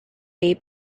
day